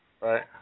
Right